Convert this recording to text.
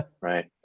right